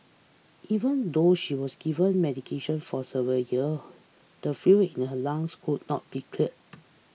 even though she was given medication for several the fluid in her lungs could not be cleared